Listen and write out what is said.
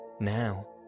Now